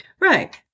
Right